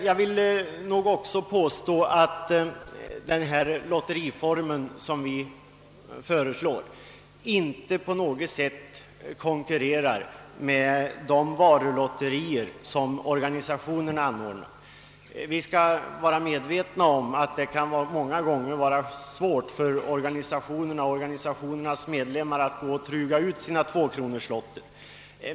Jag vill också påstå att den lotteriform som vi föreslår inte på något sätt skulle konkurrera med de varulotterier som organisationerna anordnar. Vi skall vara medvetna om att det många gånger kan vara svårt för organisationerna och deras medlemmar att truga bort sina tvåkronorslotter.